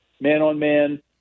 man-on-man